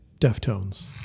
Deftones